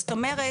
זאת אומרת,